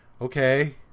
Okay